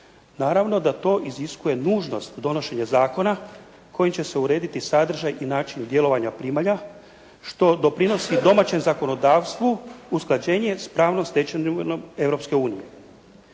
Naravno da to iziskuje nužnost donošenja zakona kojim će se urediti sadržaj i način djelovanja primalja, što doprinosi domaćem zakonodavstvu usklađenje s pravnom stečevinom